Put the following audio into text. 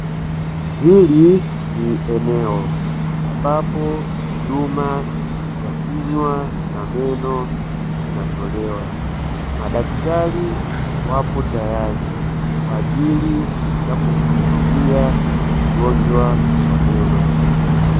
Hili ni eneo ambapo huduma ya kinywa na meno inatolewa. Madaktari wapo tayari kwa ajili ya kumhudumia mgonjwa wa neno.